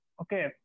Okay